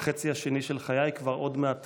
החצי השני של חיי כבר עוד מעט